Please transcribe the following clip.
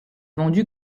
vendu